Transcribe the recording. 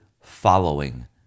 following